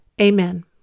Amen